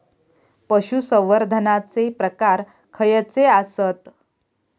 पशुसंवर्धनाचे प्रकार खयचे आसत?